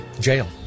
jail